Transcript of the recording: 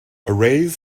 arrays